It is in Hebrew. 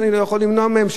שאני לא יכול למנוע מהם.